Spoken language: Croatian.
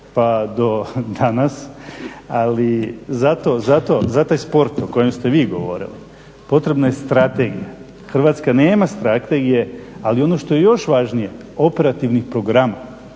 pa do danas. Ali za taj sport o kojem ste vi govorili potrebna je strategija. Hrvatska nema strategije, ali ono što je još važnije operativnih programa.